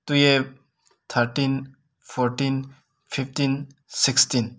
ꯇꯨꯌꯦꯕ thirteen fourteen fifteen sixteen